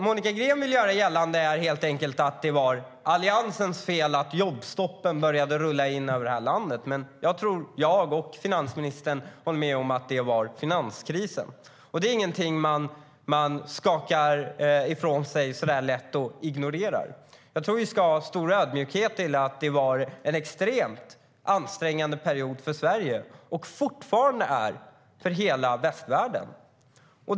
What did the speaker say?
Monica Green vill göra gällande att det var Alliansens fel att jobbstoppen började rulla in över landet. Jag och finansministern anser att det var finanskrisen som var orsaken. Det är ingenting man lätt skakar av sig och ignorerar. Vi ska ha stor ödmjukhet. Det var en extremt ansträngande period för Sverige, och det är fortfarande så för hela västvärlden.